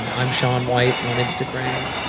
i'm shaun white on instagram,